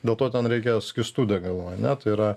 dėl to ten reikia skystų degalų ane tai yra